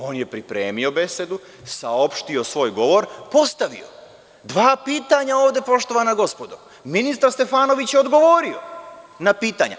On je pripremio besedu, saopštio svoj govor, postavio dva pitanja ovde, poštovana gospodo, a ministar Stefanović je odgovorio na pitanja.